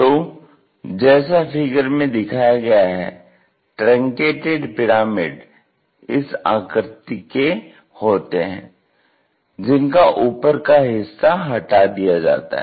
तो जैसा फिगर में दिखाया गया है ट्रंकेटेड पिरामिड इस आकृति के होते हैं जिनका ऊपर का हिस्सा हटा दिया जाता है